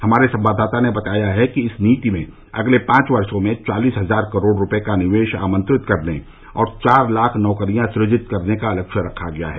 हमारे संवाददाता ने बताया है कि इस नीति में अगले पांच वर्षो में चालीस हजार करोड़ रुपये का निवेश आमंत्रित करने और चार लाख नौकरियां सृजित करने का लक्ष्य रखा गया है